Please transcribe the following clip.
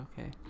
okay